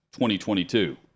2022